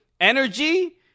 energy